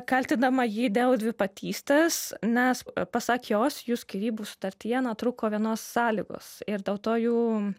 kaltindama jį dėl dvipatystės nes pasak jos jų skyrybų sutartyje na trūko vienos sąlygos ir dėl to jų